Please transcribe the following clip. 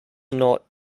not